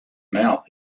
mouth